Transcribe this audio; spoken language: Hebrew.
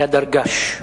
היה דרגש.